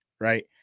right